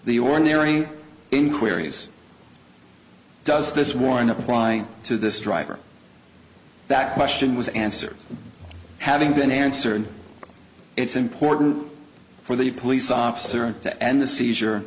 the ordinary inquiries does this warrant up crying to this driver that question was answered having been answered it's important for the police officer to end the seizure